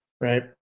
right